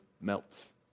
melts